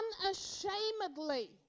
unashamedly